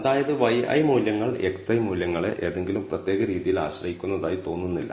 അതായത് yi മൂല്യങ്ങൾ xi മൂല്യങ്ങളെ ഏതെങ്കിലും പ്രത്യേക രീതിയിൽ ആശ്രയിക്കുന്നതായി തോന്നുന്നില്ല